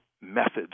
methods